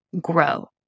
grow